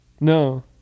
No